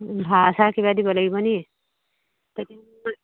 ভাড়া চাড়া কিবা দিব লাগিব নি